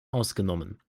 ausgenommen